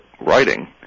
writing